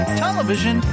television